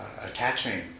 attaching